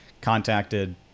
contacted